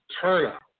turnout